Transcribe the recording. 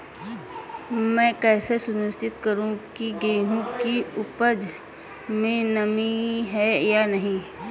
मैं कैसे सुनिश्चित करूँ की गेहूँ की उपज में नमी है या नहीं?